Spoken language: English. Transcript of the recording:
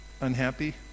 Unhappy